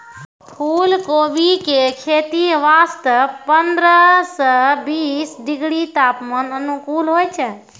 फुलकोबी के खेती वास्तॅ पंद्रह सॅ बीस डिग्री तापमान अनुकूल होय छै